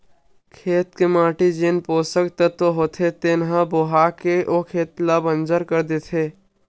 खेत के माटी म जेन पोसक तत्व होथे तेन ह बोहा के ओ खेत ल बंजर कर देथे